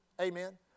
Amen